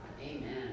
Amen